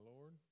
Lord